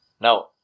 Now